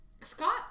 Scott